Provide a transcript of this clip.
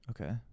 okay